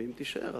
ואם תישאר,